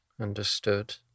Understood